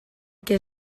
que